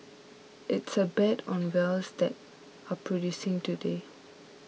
it's a bet on wells that are producing today